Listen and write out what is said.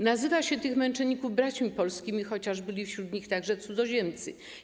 Nazywa się tych męczenników Braćmi Polskimi, chociaż byli wśród nich także cudzoziemcy.